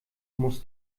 muss